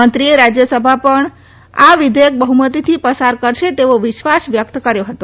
મંત્રીએ રાજ્યસભા પણ આ વિધેયક બહ્મતીથી પસાર કરશે તેવો વિશ્વાસ વ્યક્ત કર્યો હતો